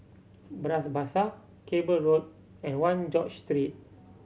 Bras Basah Cable Road and One George Street